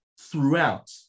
throughout